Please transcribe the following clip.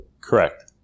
Correct